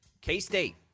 K-State